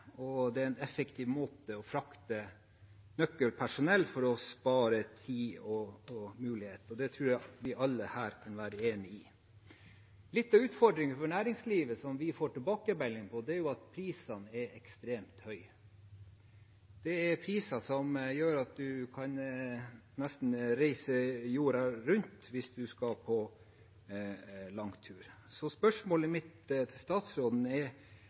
og det er en effektiv måte å frakte nøkkelpersonell på for å spare tid. Det tror jeg vi alle her kan være enige om. Litt av utfordringen for næringslivet, som vi får tilbakemeldinger om, er at prisene er ekstremt høye. Det er priser som gjør at en nesten kan reise jorda rundt hvis en skal på langtur. Mitt spørsmål til statsråden er: Har du noen tanker om hvordan man kan få ned prisnivået på flyreiser i regionene? Det er